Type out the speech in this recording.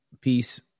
piece